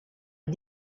est